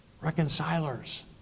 Reconcilers